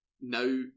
now